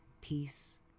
peace